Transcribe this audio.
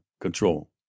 control